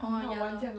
orh ya lor